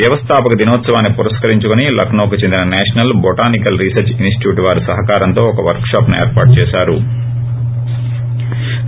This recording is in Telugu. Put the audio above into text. వ్యవస్థాపక దినోత్సవాన్ని పురస్కరించుకుని లక్సో కు చెందిన సేషనల్ బొటనికల్ రీసెర్చ్ ఇన్సిట్యూట్ వారి సహకారంతో ఒక వర్కుషాప్ ఏర్పాటు చేశారు